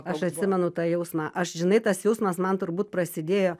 atsimenu tą jausmą aš žinai tas jausmas man turbūt prasidėjo